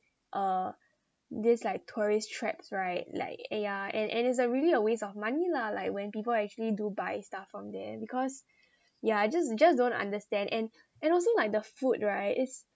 uh these like tourist traps right like !aiya! and and it's a really a waste of money lah like when people actually do buy stuff from there because yeah I just just don't understand and and also like the food right it's